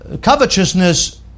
covetousness